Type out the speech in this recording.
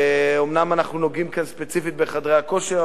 אומנם אנחנו נוגעים כאן ספציפית בחדרי הכושר,